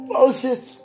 Moses